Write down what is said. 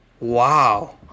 Wow